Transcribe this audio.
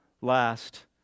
last